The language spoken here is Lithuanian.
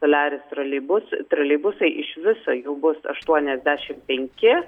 soliaris troleibus troleibusai iš viso jų bus aštuoniasdešimt penki